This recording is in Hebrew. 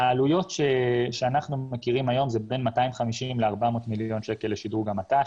העלויות שאנחנו מכירים היום זה בין 250 ל-400 מיליון שקל לשדרוג המט"ש,